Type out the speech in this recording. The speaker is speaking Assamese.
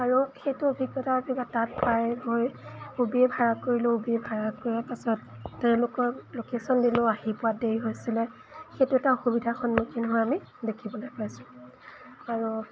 আৰু সেইটো অভিজ্ঞতা আৰু কিবা তাত পাই গৈ উবেৰ ভাড়া কৰিলোঁ উবেৰ ভাড়া কৰাৰ পাছত তেওঁলোকৰ লোকেশ্যন দিলেও আহি পোৱাত দেৰি হৈছিলে সেইটো এটা অসুবিধাৰ সন্মুখীন হোৱা আমি দেখিবলৈ পাইছোঁ আৰু